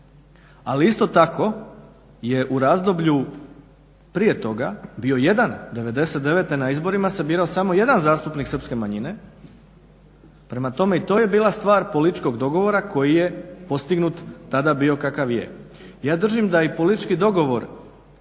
Ali isto tako je u razdoblju prije toga bio jedan, '99. na izborima se birao samo jedan zastupnik srpske manjine, prema tome i to je bila stvar politička dogovora koji je postignut tada bio kakav je. Ja držim da je i politički dogovor